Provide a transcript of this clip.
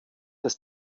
des